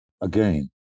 again